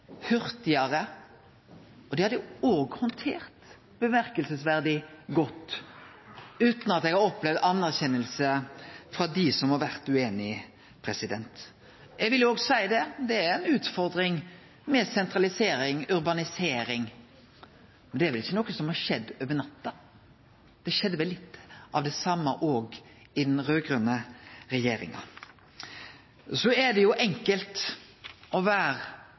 godt, utan at dei har opplevd ros frå dei som har vore ueinige. Eg vil òg seie at det er ei utfordring med sentralisering og urbanisering, men det er vel ikkje noko som har skjedd over natta. Det skjedde vel litt av det same òg under den raud-grøne regjeringa. Det er enkelt å vere